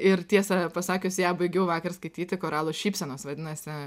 ir tiesą pasakius ją baigiau vakar skaityti koralų šypsenos vadinasi